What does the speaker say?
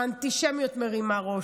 האנטישמיות מרימה ראש,